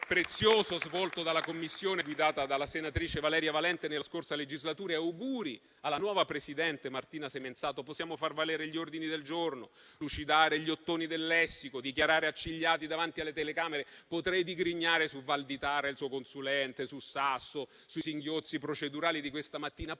prezioso svolto dalla Commissione guidata dalla senatrice Valeria Valente nella scorsa legislatura. Auguri alla nuova presidente Martina Semenzato. Possiamo far valere gli ordini del giorno, lucidare gli ottoni del lessico, dichiarare accigliati davanti alle telecamere; potrei digrignare su Valditara e il suo consulente, su Sasso, sui singhiozzi procedurali di questa mattina.